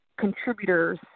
contributors